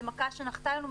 זו מכה שנחתה עלינו,